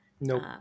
Nope